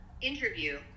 interview